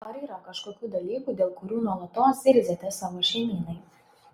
ar yra kažkokių dalykų dėl kurių nuolatos zirziate savo šeimynai